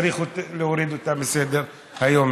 צריך להוריד אותה מסדר-היום,